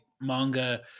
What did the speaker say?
manga